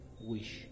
wish